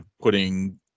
putting